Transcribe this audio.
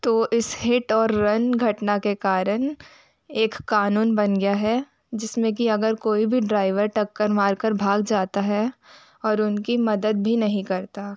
तो इस हिट और रन घटना के कारण एक क़ानून बन गया है जिसमें कि अगर कोई भी ड्राइवर टक्कर मार कर भाग जाता है और उनकी मदद भी नहीं करता